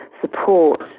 support